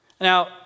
Now